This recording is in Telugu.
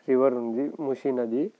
రివర్ ఉంది మూసీ నది